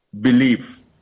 believe